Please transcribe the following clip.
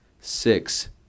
Six